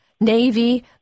Navy